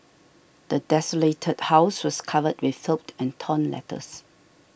the desolated house was covered with filth and torn letters